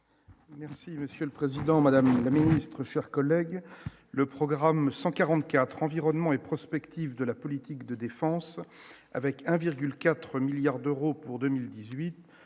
Merci monsieur le Président, Madame la Ministre, chers collègues, le programme 144 environnement et prospective de la politique de défense avec 1,4 milliards d'euros pour 2018